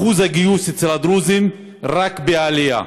אחוז הגיוס אצל הדרוזים רק בעלייה.